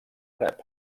àrab